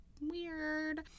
weird